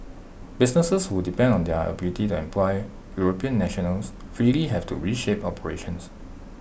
businesses who depend on their ability to employ european nationals freely have to reshape operations